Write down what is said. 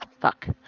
Fuck